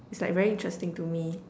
it's like very interesting to me